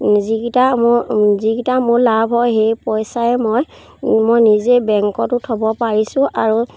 যিকেইটা মোৰ যিকেইটা মোৰ লাভ হয় সেই পইচাই মই মই নিজেই বেংকতো থ'ব পাৰিছোঁ আৰু